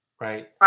right